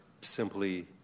simply